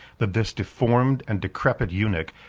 that this deformed and decrepit eunuch,